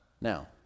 Now